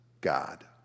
God